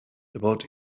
about